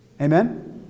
amen